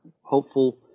Hopeful